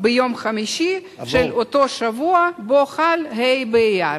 ביום חמישי של אותו שבוע שבו חל ה' באייר.